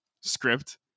script